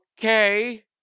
okay